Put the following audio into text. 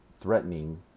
threatening